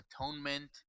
atonement